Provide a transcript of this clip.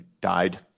died